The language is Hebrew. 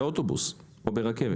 באוטובוס או ברכבת.